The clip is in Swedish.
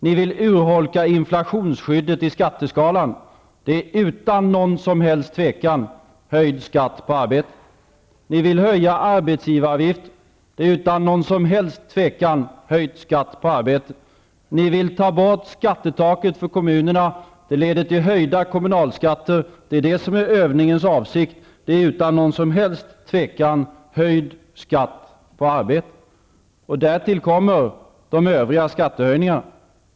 Ni vill urholka inflationsskyddet i skatteskalan. Det är utan något som helst tvivel höjd skatt på arbete. Ni vill höja arbetsgivaravgiften. Det är utan något som helst tvivel höjd skatt på arbete. Ni vill ta bort skattetaket för kommunerna. Det leder till höjda kommunalskatter, och det är det som är övningens avsikt. Det är utan något som helst tvivel höjd skatt på arbete. Därtill kommer de övriga skattehöjningarna.